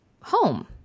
home